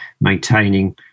maintaining